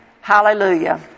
Hallelujah